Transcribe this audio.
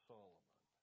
Solomon